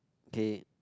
okay